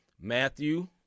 matthew